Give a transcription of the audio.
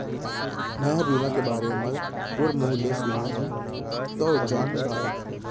मैंहर बीमा के बारे म तोर मुँह ले सुने हँव तव जान डारेंव